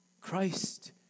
Christ